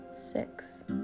six